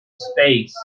space